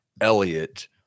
Elliot